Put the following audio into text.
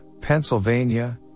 Pennsylvania